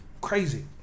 Crazy